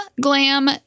Glam